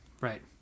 Right